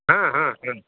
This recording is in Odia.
ହଁ ହଁ ହଁ ହଁ